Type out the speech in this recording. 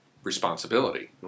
responsibility